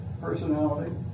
personality